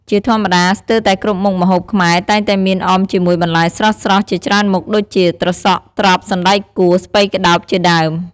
ជាធម្មតាស្ទើរតែគ្រប់មុខម្ហូបខ្មែរតែងតែមានអមជាមួយបន្លែស្រស់ៗជាច្រើនមុខ ដូចជា ត្រសក់ ត្រប់ សណ្ដែកកួរ ស្ពៃក្ដោប ជាដើម។